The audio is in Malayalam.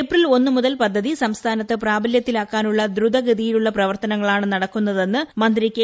ഏപ്രിൽ ഒന്നുമുതൽ പദ്ധതി സംസ്ഥാനത്ത് പ്രാബലൃത്തിലാക്കാനുള്ള ദ്രുതഗതിയിലുള്ള പ്രവർത്തനങ്ങളാണ് നടക്കുന്നതെന്ന് മന്ത്രി കെ